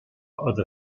other